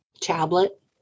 tablet